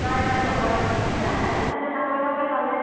নাই নাই নকৰে মোকো এ সিহঁতে চাগৈ চাকৰি তাকৰি পালে